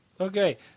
Okay